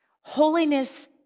Holiness